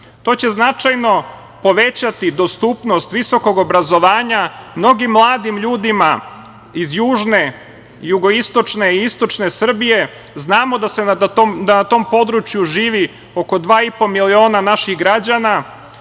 To će značajno povećati dostupnost visokog obrazovanja mnogim mladim ljudima, iz južne, jugoistočne, istočne Srbije. Znamo da na tom području živi oko dva i po miliona naših građana,